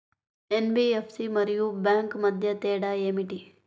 NBFC మరియు bank మధ్య తేడా ఏమిటీ?